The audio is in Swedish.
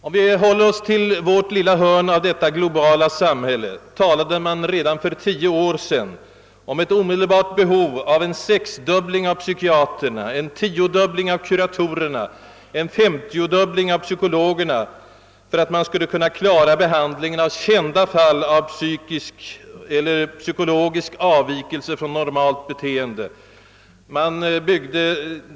Om vi först håller oss till vårt lilla hörn av detta globala samhälle, talade man redan för tio år sedan om ett omedelbart behov av en sexdubbling av psykiaterna, en tiodubbling av kuratorerna och en femtiodubbling av psykologerna för att klara behandlingen av kända fall av psykisk eller psykologisk avvikelse från normalt beteende.